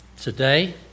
today